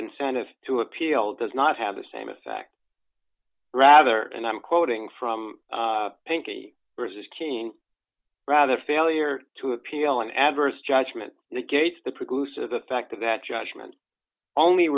incentive to appeal does not have the same effect rather and i'm quoting from pinky versus keene rather failure to appeal an adverse judgment negates the produce of the fact that that judgment only